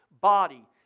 body